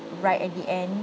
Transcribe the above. right at the end